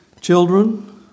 Children